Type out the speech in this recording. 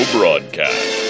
Broadcast